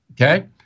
okay